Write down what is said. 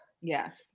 yes